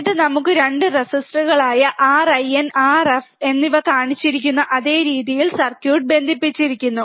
എന്നിട്ട് നമുക്ക് 2 റെസിസ്റ്ററുകളായ Rin Rf എന്നിവ കാണിച്ചിരിക്കുന്ന അതേ രീതിയിൽ സർക്യൂട്ട് ബന്ധിപ്പിച്ചിരിക്കുന്നു